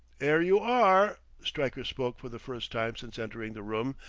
ere you are. stryker spoke for the first time since entering the room,